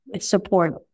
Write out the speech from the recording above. support